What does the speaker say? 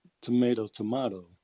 tomato-tomato